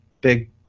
Big